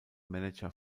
manager